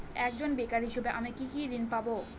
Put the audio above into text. একজন বেকার হিসেবে আমি কি কি ঋণ পাব?